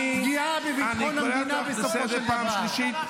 חברת הכנסת לזימי, אני קורא אותך לסדר פעם שלישית.